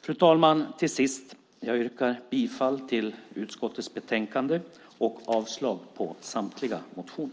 Fru talman! Till sist yrkar jag bifall till förslaget i utskottets betänkande och avslag på samtliga motioner.